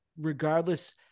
regardless